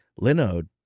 Linode